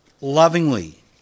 lovingly